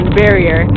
barrier